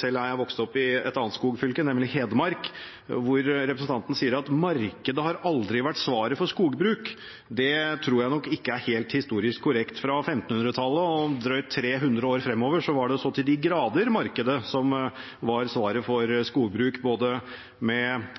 selv er jeg vokst opp i et annet skogfylke, nemlig Hedmark – at markedet aldri har vært svaret for skogbruk. Det tror jeg nok ikke er helt historisk korrekt. Fra 1500-tallet og drøyt 300 år fremover var det så til de grader markedet som var svaret for skogbruk, både med